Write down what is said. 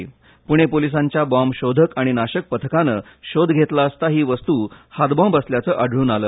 पूणे पोलिसांच्या बॅम्ब शोधक आणि नाशक पथकानं शोध घेतल असता ही वस्तू हात बॅम्ब असल्याचं आढाळून आलं